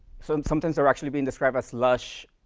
so, and sometimes they're actually being described as lush,